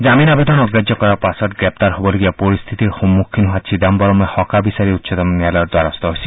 জামিন আৱেদন অগ্ৰাহ্য কৰাৰ পাছত গ্ৰেপ্তাৰ হবলগীয়া পৰিশ্বিতিৰ সন্মুখীন হোৱা চিদাম্বৰমে সকাহ বিচাৰি উচ্চতম ন্যায়ালয়ৰ দ্বাৰস্থ হৈছিল